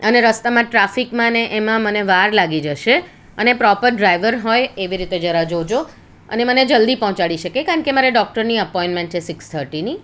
અને રસ્તામાં ટ્રાફિકમાં ને એમાં મને વાર લાગી જશે અને પ્રોપર ડ્રાઈવર હોય એવી રીતે જરા જોજો અને મને જલ્દી પહોંચાડી શકે કારણ કે મારે ડોક્ટરની અપોઇનમેન્ટ છે સિક્સ થર્ટીની